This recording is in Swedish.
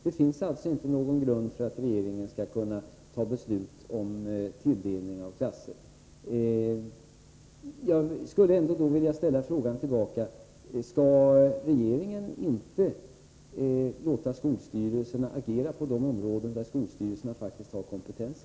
Det finns alltså inte någon grund för att regeringen skall kunna fatta beslut om tilldelning av klasser. Jag skulle vilja ställa frågan: Skall regeringen inte låta skolstyrelserna agera på de områden där de faktiskt har kompetensen?